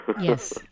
Yes